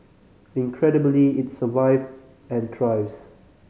incredibly it survived and thrives